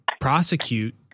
prosecute